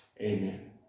amen